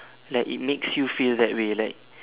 like it makes you feel that way like